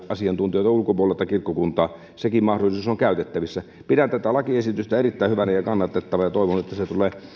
asiantuntijoita ulkopuolelta kirkkokuntaa sekin mahdollisuus on käytettävissä pidän tätä lakiesitystä erittäin hyvänä ja kannatettavana ja toivon että se tulee